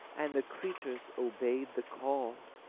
and the creatures obeyed the call,